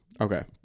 Okay